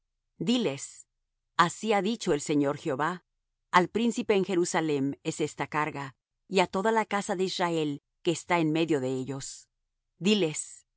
diles así ha dicho el señor jehová al príncipe en jerusalem es esta carga y á toda la casa de israel que está en medio de ellos diles yo